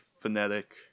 phonetic